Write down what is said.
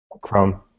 Chrome